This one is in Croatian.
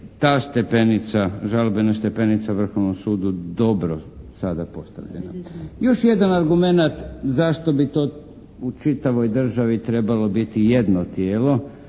žalbena stepenica Vrhovnom sudu dobro sada postavljena. Još jedan argumenat zašto bi to u čitavoj državi trebalo biti jedno tijelo.